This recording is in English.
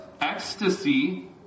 ecstasy